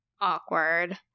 awkward